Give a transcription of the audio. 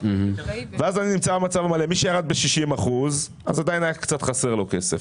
מי שירד ב-60 אחוזים, עדיין היה חסר לו קצת כסף.